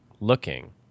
looking